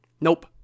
Nope